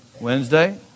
Wednesday